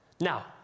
Now